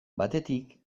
batetik